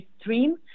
stream